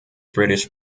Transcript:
british